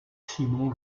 simon